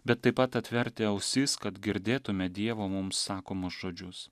bet taip pat atverti ausis kad girdėtume dievo mums sakomus žodžius